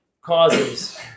causes